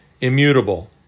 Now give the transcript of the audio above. Immutable